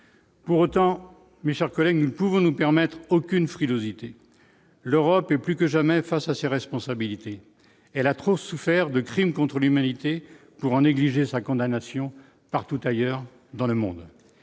Pour autant, mais, chers collègues, nous ne pouvons nous permettre aucune frilosité, l'Europe est plus que jamais face à ses responsabilités, elle a trop souffert de crimes contre l'humanité pour en négliger sa condamnation partout ailleurs dans le monde,